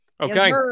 Okay